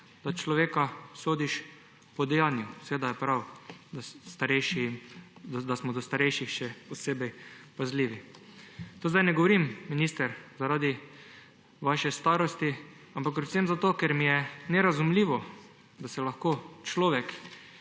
da človeka sodiš po dejanju. Seveda je prav, da smo do starejših še posebej pazljivi. Tega zdaj ne govorim, minister, zaradi vaše starosti, ampak predvsem zato, ker mi je nerazumljivo, da se lahko človek,